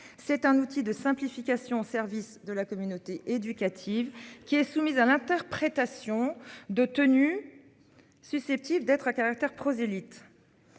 C'est un outil de simplification, service de la communauté éducative qui est soumise à l'interprétation de tenue. Susceptibles d'être à caractère prosélyte.